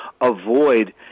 avoid